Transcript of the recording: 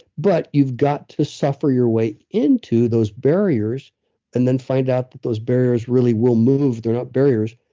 but you've got to suffer your weight into those barriers and then find out that those barriers really will move. they're not barriers,